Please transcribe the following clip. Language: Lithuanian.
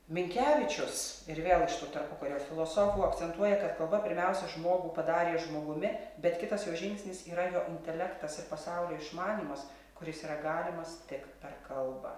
minkevičius ir vėl iš tų tarpukario filosofų akcentuoja kad kalba pirmiausia žmogų padarė žmogumi bet kitas jo žingsnis yra jo intelektas ir pasaulio išmanymas kuris yra galimas tik per kalbą